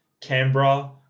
Canberra